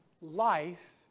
life